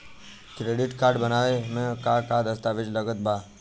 Credit card बनवावे म का का दस्तावेज लगा ता?